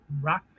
Rock